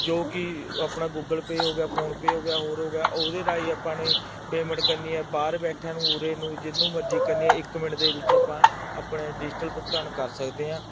ਜੋ ਕਿ ਆਪਣਾ ਗੂਗਲ ਪੇ ਹੋ ਗਿਆ ਫੋਨਪੇ ਹੋ ਗਿਆ ਹੋਰ ਹੋ ਗਿਆ ਉਹਦੇ ਰਾਹੀਂ ਆਪਾਂ ਨੇ ਪੇਮੈਂਟ ਕਰਨੀ ਹੈ ਬਾਹਰ ਬੈਠਿਆਂ ਨੂੰ ਉਰੇ ਨੂੰ ਜਿਹਨੂੰ ਮਰਜ਼ੀ ਕਰਨੀ ਆ ਇੱਕ ਮਿੰਟ ਦੇ ਵਿੱਚ ਆਪਾਂ ਆਪਣੇ ਡਿਜ਼ੀਟਲ ਭੁਗਤਾਨ ਕਰ ਸਕਦੇ ਹਾਂ